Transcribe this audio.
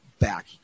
back